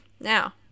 Now